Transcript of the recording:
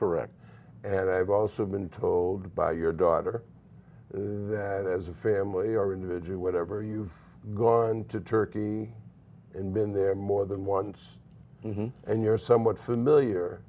correct and i've also been told by your daughter that as a family or individual whatever you've gone to turkey and been there more than once and you're somewhat familiar